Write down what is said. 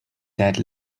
dead